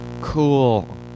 cool